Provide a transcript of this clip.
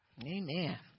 amen